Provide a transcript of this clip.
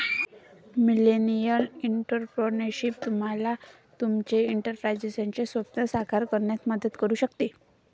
millennial entrepreneurship तुम्हाला तुमचे एंटरप्राइझचे स्वप्न साकार करण्यात मदत करू शकते